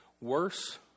worse